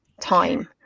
time